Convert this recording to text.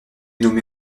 nommé